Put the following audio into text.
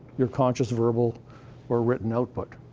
your conscious verbal or written output,